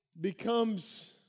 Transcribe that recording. becomes